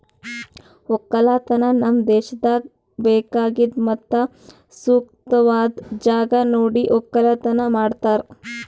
ಒಕ್ಕಲತನ ನಮ್ ದೇಶದಾಗ್ ಬೇಕಾಗಿದ್ ಮತ್ತ ಸೂಕ್ತವಾದ್ ಜಾಗ ನೋಡಿ ಒಕ್ಕಲತನ ಮಾಡ್ತಾರ್